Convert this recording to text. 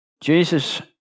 Jesus